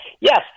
Yes